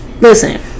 listen